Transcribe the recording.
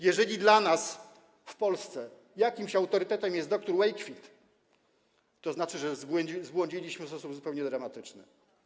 Jeżeli dla nas w Polsce jakimś autorytetem jest dr Wakefield, to znaczy, że zbłądziliśmy w sposób zupełnie dramatyczny.